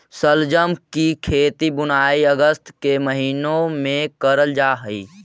शलजम की खेती बुनाई अगस्त के महीने में करल जा हई